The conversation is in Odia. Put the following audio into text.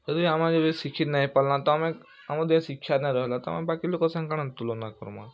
ଯଦି ଆମେ ଏବେ ଶିଖିତ୍ ନେଇ ହେଇ ପାର୍ଲା ତ ଆମେ ଆମର୍ ଦିହେଁ ଶିକ୍ଷା ନେ ରହେଲା ତ ଆମେ ବାକି ଲୁକର୍ ସାଙ୍ଗେ କାଣା ତୁଳନା କର୍ମା